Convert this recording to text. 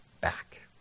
back